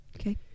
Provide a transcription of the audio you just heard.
Okay